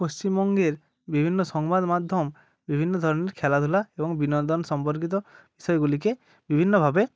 পশ্চিমবঙ্গের বিভিন্ন সংবাদমাধ্যম বিভিন্ন ধরনের খেলাধুলা এবং বিনোদন সম্পর্কিত বিষয়গুলিকে বিভিন্নভাবে